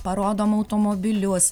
parodom automobilius